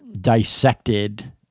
dissected